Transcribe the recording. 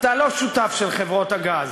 אתה לא שותף של חברות הגז.